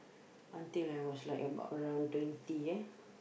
until I was like about around twenty